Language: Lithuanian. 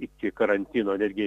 iki karantino netgi